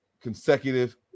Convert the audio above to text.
consecutive